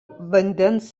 vandens